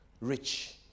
rich